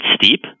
steep